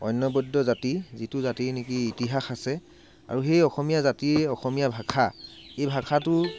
অনবদ্য জাতি যিটো জাতিৰ নেকি ঐতিহ্য আছে আৰু সেই অসমীয়া জাতি অসমীয়া ভাষা এই ভাষাটো